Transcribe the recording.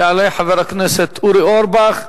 יעלה חבר הכנסת אורי אורבך,